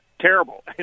terrible